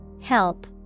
Help